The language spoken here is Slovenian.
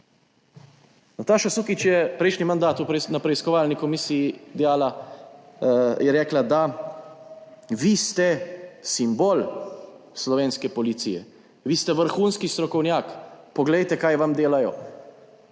Nataša Sukič je prejšnji mandat na preiskovalni komisiji dejala, je rekla, da vi ste simbol slovenske policije, vi ste vrhunski strokovnjak, poglejte, kaj vam delajo.